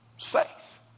faith